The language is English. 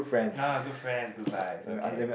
uh good friends Good Vibes okay